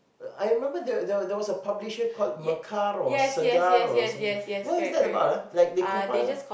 I remember there there there was a publisher called Mekar or Segar or something what was that about ah like they compile